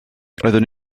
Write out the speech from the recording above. roeddwn